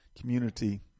community